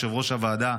יושב-ראש הוועדה,